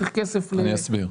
אני אסביר.